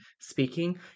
speaking